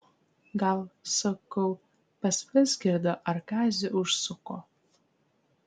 gal sakau pas vizgirdą ar kazį užsuko